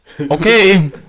Okay